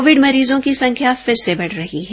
Covid मरीजों की संख्या फिर से बढ़ रही है